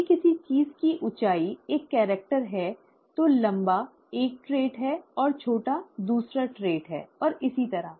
यदि किसी चीज की ऊंचाई एक कैरेक्टर है तो लंबा एक ट्रेट है और छोटा दूसरा ट्रेट है और इसी तरह